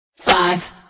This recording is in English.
Five